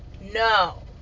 No